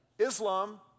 Islam